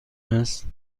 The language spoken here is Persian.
است